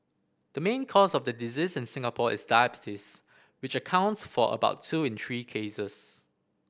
the main cause of the disease in Singapore is diabetes which accounts for about two in three cases